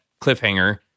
cliffhanger